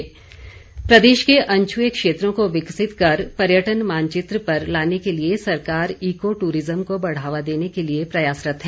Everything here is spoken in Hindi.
वन मंत्री प्रदेश के अनछ्ए क्षेत्रों को विकसित कर पर्यटन मानचित्र पर लाने के लिए सरकार इको टूरिज़्म को बढ़ावा देने के लिए प्रयासरत है